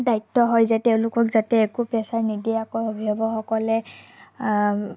দ্বায়িত্ব হয় যে তেওঁলোকক যাতে একো প্ৰেচাৰ নিদিয়াকৈ অভিভাৱকসকলে